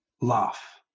laugh